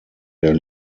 der